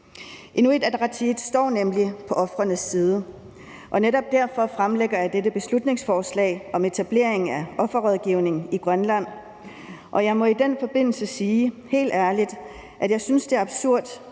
Inuit Ataqatigiit står nemlig på ofrenes side. Netop derfor fremsætter jeg dette beslutningsforslag om etablering af offerrådgivning i Grønland, og jeg må i den forbindelse sige: Helt ærligt synes jeg, det er absurd,